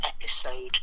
episode